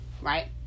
right